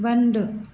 बंदि